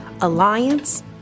alliance